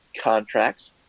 contracts